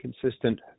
consistent